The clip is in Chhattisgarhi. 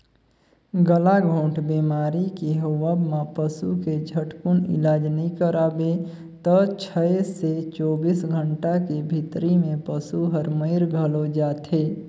गलाघोंट बेमारी के होवब म पसू के झटकुन इलाज नई कराबे त छै से चौबीस घंटा के भीतरी में पसु हर मइर घलो जाथे